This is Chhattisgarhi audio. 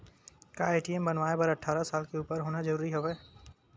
का ए.टी.एम बनवाय बर अट्ठारह साल के उपर होना जरूरी हवय?